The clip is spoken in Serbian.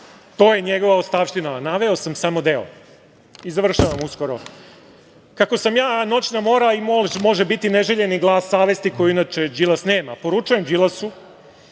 to je njegova ostavština. Naveo sam samo deo i završavam uskoro. Kako sam ja noćna mora i može biti neželjeni glas savesti koji inače Đilas nema, poručujem Đilasu